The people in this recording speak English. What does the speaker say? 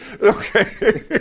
Okay